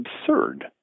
absurd